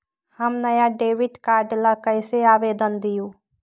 हम नया debit card ला कईसे आवेदन दिउ?